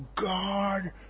God